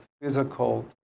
physical